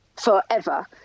forever